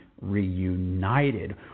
reunited